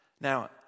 Now